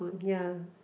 ya